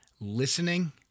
listening